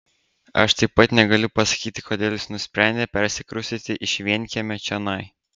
aš taip pat negaliu pasakyti kodėl jis nusprendė persikraustyti iš vienkiemio čionai